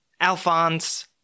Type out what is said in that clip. Alphonse